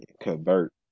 Convert